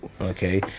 okay